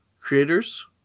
creators